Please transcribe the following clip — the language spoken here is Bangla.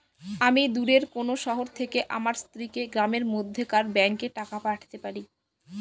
আমি দূরের কোনো শহর থেকে আমার স্ত্রীকে গ্রামের মধ্যেকার ব্যাংকে টাকা পাঠাতে পারি?